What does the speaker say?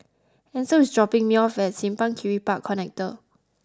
Ancel is dropping me off at Simpang Kiri Park Connector